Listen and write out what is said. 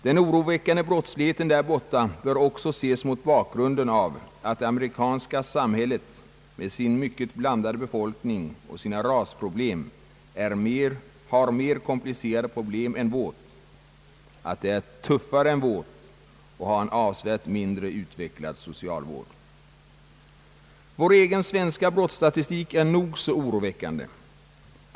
Den oroväckande brottsligheten där borta bör också ses mot bakgrunden av att det amerikanska samhället med sin mycket blandade befolkning och sina rasoroligheter har mer komplicerade problem än vårt, att det är »tuffare» än vårt och har en avsevärt mindre utvecklad socialvård. Vår egen svenska brottsstatistik är nog så oroväckande.